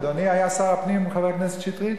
אדוני היה שר הפנים, חבר הכנסת שטרית?